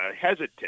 hesitant